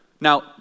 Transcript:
Now